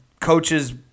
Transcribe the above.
coaches